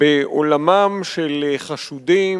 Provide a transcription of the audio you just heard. בעולמם של חשודים,